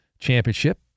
Championship